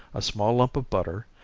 a small lump of butter,